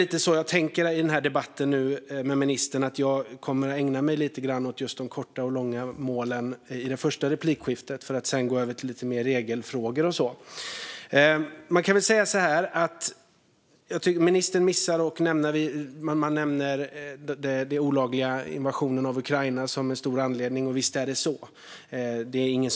I den här debatten med ministern kommer jag att ägna mig åt just de korta och långa målen i mitt första inlägg för att sedan gå över till lite mer regelfrågor och sådant. Jag tycker att ministern missar att nämna en sak. Han nämner den olagliga invasionen av Ukraina som en stor anledning. Visst är det så. Det förnekar ingen.